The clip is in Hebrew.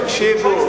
תקשיבו,